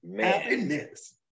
Happiness